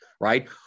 right